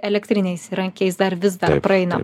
elektriniais įrankiais dar vis dar praeina